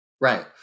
Right